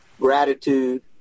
gratitude